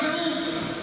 תראו,